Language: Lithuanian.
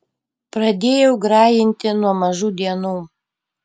pradėjau grajinti nuo mažų dienų